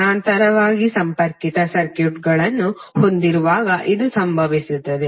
ಸಮಾನಾಂತರವಾಗಿ ಸಂಪರ್ಕಿತ ಸರ್ಕ್ಯೂಟ್ಗಳನ್ನು ಹೊಂದಿರುವಾಗ ಇದು ಸಂಭವಿಸುತ್ತದೆ